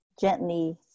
gently